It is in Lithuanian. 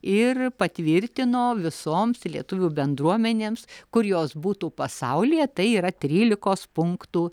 ir patvirtino visoms lietuvių bendruomenėms kur jos būtų pasaulyje tai yra trylikos punktų